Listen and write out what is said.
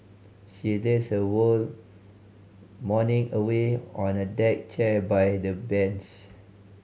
she lazed her whole morning away on a deck chair by the beach